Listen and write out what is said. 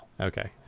Okay